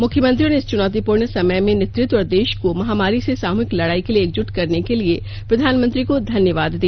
मुख्यमंत्रियों ने इस चुनौतीपूर्ण समय में नेतृत्व और देश को महामारी से सामूहिक लड़ाई के लिए एकजुट करने के लिए प्रधानमंत्री को धन्यवाद दिया